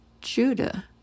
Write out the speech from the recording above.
Judah